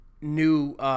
new